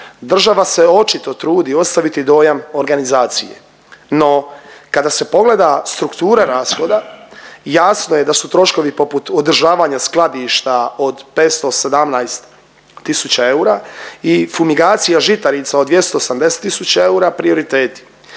država se očito trudi ostaviti dojam organizacije no kada se pogleda struktura rashoda, jasno je da su troškovi poput održavanja skladišta od 517 tisuća eura i fumigacija žitarica od 280 tisuća eura prioriteti.